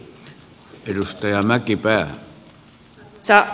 kiitos siitä